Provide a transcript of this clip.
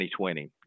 2020